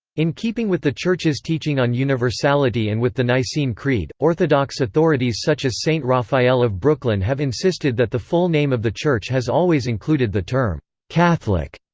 in keeping with the church's teaching on universality and with the nicene creed, orthodox authorities such as saint raphael of brooklyn have insisted that the full name of the church has always included the term catholic,